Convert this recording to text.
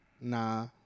nah